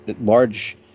large